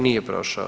Nije prošao.